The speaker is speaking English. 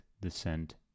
descent